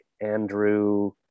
andrew